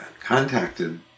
contacted